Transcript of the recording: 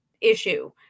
issue